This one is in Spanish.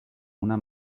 una